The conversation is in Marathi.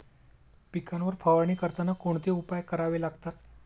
पिकांवर फवारणी करताना कोणते उपाय करावे लागतात?